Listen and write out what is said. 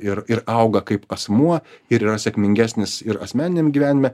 ir ir auga kaip asmuo ir yra sėkmingesnis ir asmeniniam gyvenime